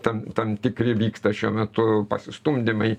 tam tam tikri vyksta šiuo metu pasistumdymai